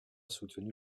soutenu